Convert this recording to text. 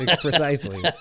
precisely